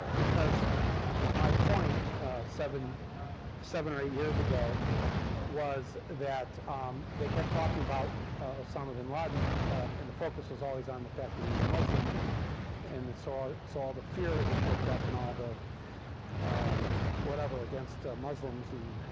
because my point seven seven or eight years ago was that they kept talking about osama bin laden and the focus was always on the fact that he was a muslim and and sort of so all the fear that was whipped up and all the whatever against muslims. and